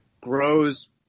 grows